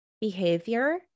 behavior